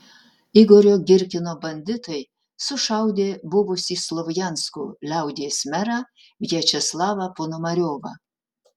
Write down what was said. igorio girkino banditai sušaudė buvusį slovjansko liaudies merą viačeslavą ponomariovą